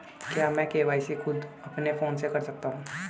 क्या मैं के.वाई.सी खुद अपने फोन से कर सकता हूँ?